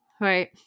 Right